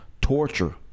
torture